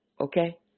Okay